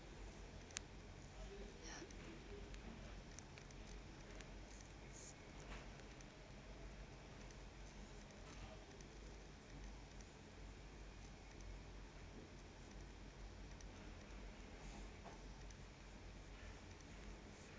ya